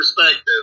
perspective